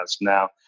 now